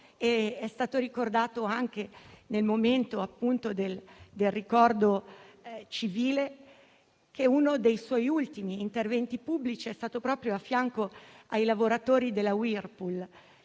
È stato altresì rammentato nel momento del ricordo civile che uno dei suoi ultimi interventi pubblici è stato proprio a fianco dei lavoratori della Whirlpool,